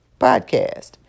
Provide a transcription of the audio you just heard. podcast